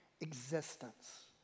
existence